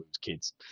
kids